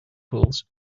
pools